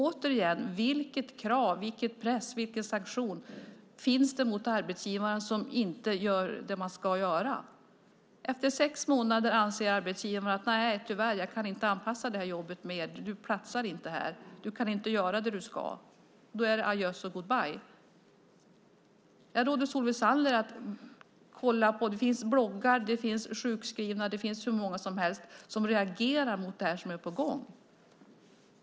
Återigen: Vilket krav, vilken press och vilken sanktion finns det mot arbetsgivaren som inte gör vad den ska göra? Efter sex månader anser arbetsgivaren: Tyvärr, jag kan inte anpassa jobbet mer. Du platsar inte här. Du kan inte göra det du ska. Då är det adjöss och goodbye. Jag råder Solveig Zander att titta på bloggar från sjukskrivna. Det finns hur många som helst som reagerar på det som är på gång.